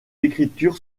écriture